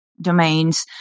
domains